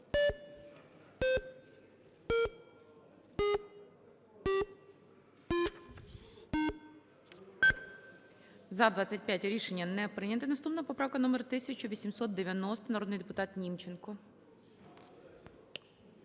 За-25 Рішення не прийнято. Наступна поправка номер 1890, народний депутат Німченко.